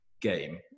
game